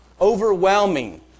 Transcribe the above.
overwhelming